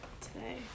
today